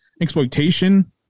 exploitation